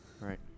Right